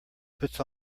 puts